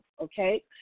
okay